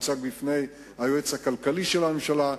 הוצגה לפני היועץ הכלכלי של הממשלה,